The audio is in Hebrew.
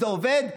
זה עובד?